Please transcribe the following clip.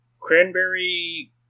Cranberry